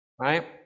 Right